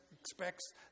expects